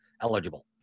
eligible